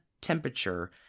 temperature